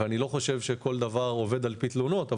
ואני לא חושב שכל דבר עובד על פי תלונות,